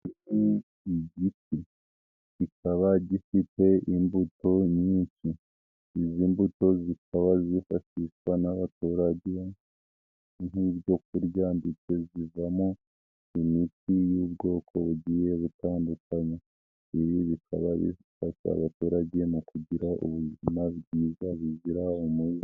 Igiti kikaba gifite imbuto nyinshi, izi mbuto zikaba zifashishwa n'abaturage, nk'ibyo kurya ndetse zivamo imiti y'ubwoko bugiye gutandukanya , ibi bikaba bifasha abaturage mu kugira ubuzima bwiza bigira umubiri.